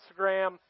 Instagram